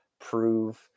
prove